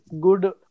good